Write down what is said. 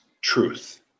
truth